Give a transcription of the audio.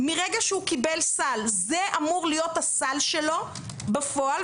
מרגע שהוא קיבל סל זה אמור להיות הסל שלו בפועל,